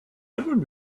one